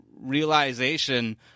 realization